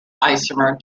isomer